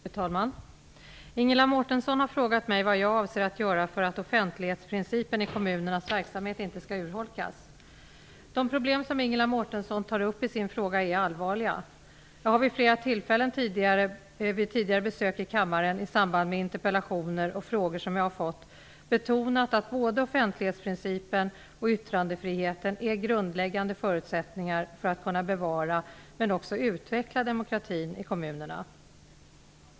Fru talman! Ingela Mårtensson har frågat mig vad jag avser att göra för att offentlighetsprincipen i kommunernas verksamhet inte skall urholkas. De problem som Ingela Mårtensson tar upp i sin fråga är allvarliga. Jag har vid flera tidigare besök i kammaren, i samband med interpellationer och frågor som jag har fått, betonat att både offentlighetsprincipen och yttrandefriheten är grundläggande förutsättningar för att kunna bevara men också utveckla demokratin i kommunerna.